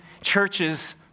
churches